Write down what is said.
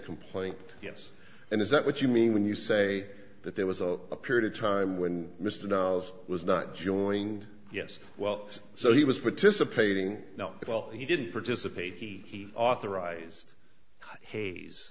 complaint yes and is that what you mean when you say that there was a period of time when mr was was not joining yes well so he was participating now well he didn't participate he authorized ha